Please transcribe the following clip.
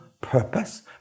purpose